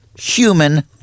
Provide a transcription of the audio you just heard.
human